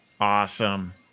awesome